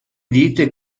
dite